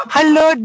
Hello